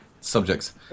subjects